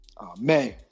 Amen